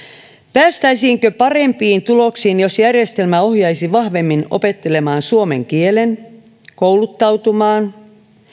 päästäisiinkö parempiin tuloksiin jos järjestelmä ohjaisi vahvemmin opettelemaan suomen kielen kouluttautumaan